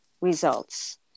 results